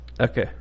Okay